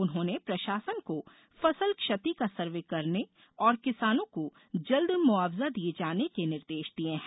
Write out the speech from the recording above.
उन्होंने प्रशासन को फसल क्षति का सर्वे करने और किसानों को जल्द मुआवजा दिये जाने के निर्देश दिये हैं